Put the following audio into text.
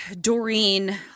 Doreen